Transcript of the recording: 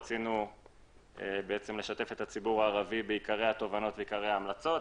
רצינו לשתף את הציבור הערבי בעיקרי התובנות וההמלצות.